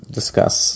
discuss